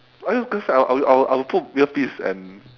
I'll just I'll I'll I'll I'll put earpiece and